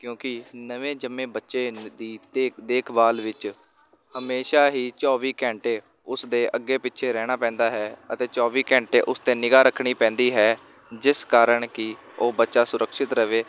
ਕਿਉਂਕਿ ਨਵੇਂ ਜੰਮੇ ਬੱਚੇ ਨ ਦੀ ਦੇਖ ਦੇਖਭਾਲ ਵਿੱਚ ਹਮੇਸ਼ਾ ਹੀ ਚੌਵੀ ਘੰਟੇ ਉਸਦੇ ਅੱਗੇ ਪਿੱਛੇ ਰਹਿਣਾ ਪੈਂਦਾ ਹੈ ਅਤੇ ਚੌਵੀ ਘੰਟੇ ਉਸ 'ਤੇ ਨਿਗ੍ਹਾ ਰੱਖਣੀ ਪੈਂਦੀ ਹੈ ਜਿਸ ਕਾਰਨ ਕਿ ਉਹ ਬੱਚਾ ਸੁਰੱਕਸ਼ਿਤ ਰਹੇ